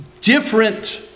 different